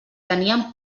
teníem